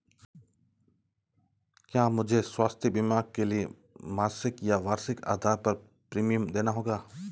क्या मुझे स्वास्थ्य बीमा के लिए मासिक या वार्षिक आधार पर प्रीमियम देना होगा?